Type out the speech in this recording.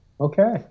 Okay